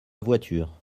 voiture